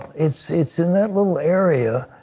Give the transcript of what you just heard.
it's it's in that little area,